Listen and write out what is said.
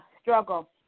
struggle